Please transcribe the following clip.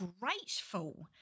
grateful